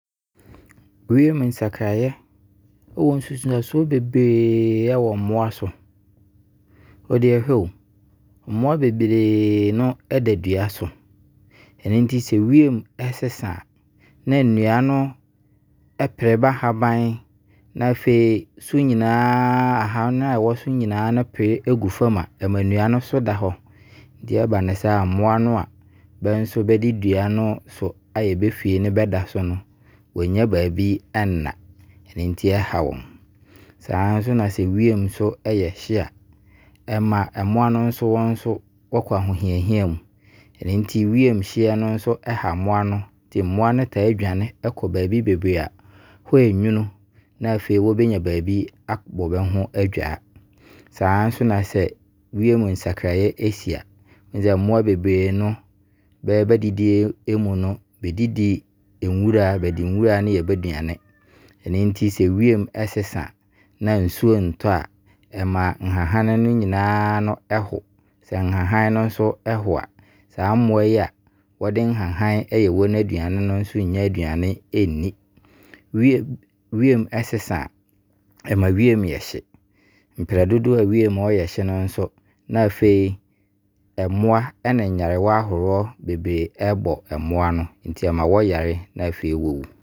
Wiem nsakraeɛ wɔ nsusansoɔ bebree wɔ mmoa so. Wo deɛ hwɛ o, mmoa bebree no da dua so. Ɛno nti sɛ wiem sesan a, na nnua no ɛpre ba haban, na afei, so nyinaa, ahane a ɛwɔ so nyinaa pre gu fam a, ɛma nnua no so da hɔ. Ɛno nti ɛba no saa, mmoa no a bɛde dua no so ayɛ bɛfie ne bɛda so no nnya baabi nna, enti ɛha bɛ. Saa nso na sɛ wiem ɛyɛ hye a, ɛma mmoa no wɔn, wɔkɔ ahohiahia mu. Ɛno nti wiem hyeɛ no ha mmoa no. Ɛno nti, mmoa taa dwane kɔ baabi bebree hɔ ɛnwunu, na afei bɛbɛnya baabi abɔ bɛho ban.